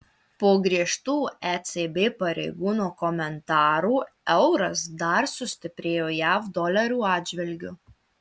po griežtų ecb pareigūno komentarų euras dar sustiprėjo jav dolerio atžvilgiu